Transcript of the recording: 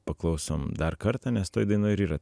paklausom dar kartą nes toj dainoj ir yra